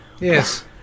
Yes